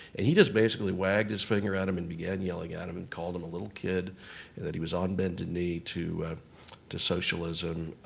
and he just basically wagged his finger at him and began yelling at him and called him a little kid and that he was on bended knee to to socialism.